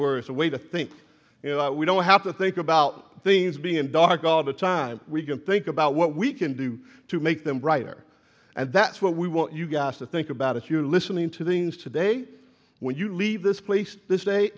a way to think you know we don't have to think about things being in dark all the time we can think about what we can do to make them brighter and that's what we want you guys to think about if you're listening to things today when you leave this place to this da